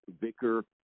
vicar